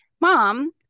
mom